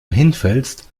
hinfällst